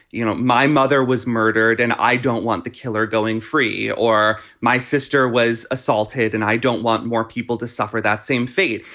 you know, my mother was murdered and i don't want the killer going free or my sister was assaulted and i don't want more people to suffer that same fate.